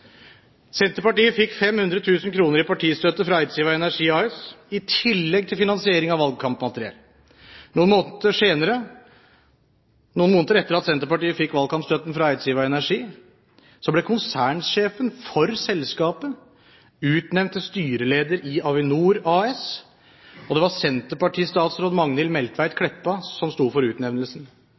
Senterpartiet fikk 500 000 kr i partistøtte fra Eidsiva Energi AS, i tillegg til finansiering av valgkampmateriell. Noen måneder etter at Senterpartiet fikk valgkampstøtten fra Eidsiva Energi, ble konsernsjefen for selskapet utnevnt til styreleder i Avinor AS, og det var senterpartistatsråd Magnhild Meltveit Kleppa som sto for utnevnelsen.